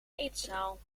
eetzaal